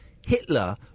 Hitler